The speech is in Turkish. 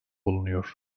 bulunuyor